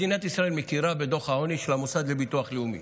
מדינת ישראל מכירה בדוח העוני של המוסד לביטוח לאומי.